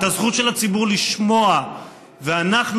את הזכות של הציבור לשמוע.